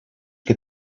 que